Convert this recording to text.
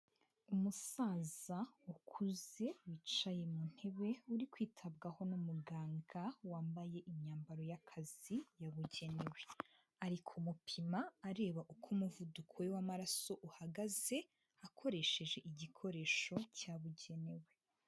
Umusaza ukuze wicaye mu ntebe, uri kwitabwaho n'umuganga wambaye imyambaro y'akazi yabugenewe. Ari kumupima areba uko umuvuduko we w'amaraso uhagaze, akoresheje igikoresho cyabugenewe.